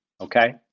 okay